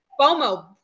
FOMO